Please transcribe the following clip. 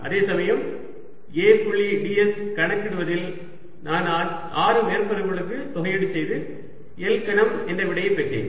அதேசமயம் A புள்ளி ds கணக்கிடுவதில் நான் ஆறு மேற்பரப்புகளுக்கு தொகையீடு செய்து L கனம் என்ற விடையை பெற்றேன்